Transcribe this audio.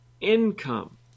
income